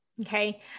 Okay